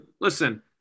listen